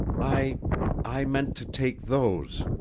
i i meant to take those.